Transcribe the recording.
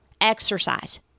exercise